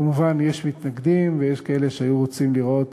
כמובן, יש מתנגדים ויש כאלה שהיו רוצים לראות